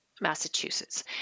Massachusetts